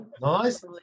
Nice